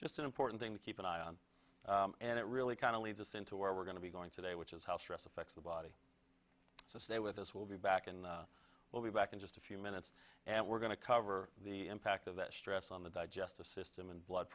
just an important thing to keep an eye on and it really kind of leads us into where we're going to be going today which is how stress affects the body so stay with us we'll be back and we'll be back in just a few minutes and we're going to cover the impact of that stress on the digestive system and blood